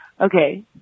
Okay